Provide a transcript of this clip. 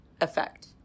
effect